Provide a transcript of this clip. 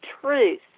truth